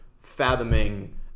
Fathoming